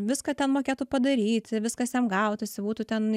viską ten mokėtų padaryti viskas jam gautųsi būtų ten